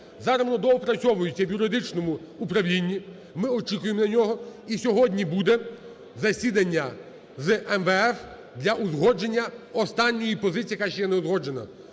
Зараз воно доопрацьовується в юридичному управлінні, ми очікуємо на нього. І сьогодні буде засідання з МВФ для узгодження останньої позиції, яка ще не узгоджена.